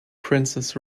princess